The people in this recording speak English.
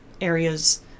areas